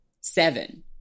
seven